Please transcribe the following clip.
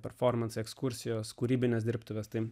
performansai ekskursijos kūrybinės dirbtuvės tai